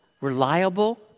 reliable